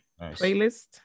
playlist